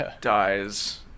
dies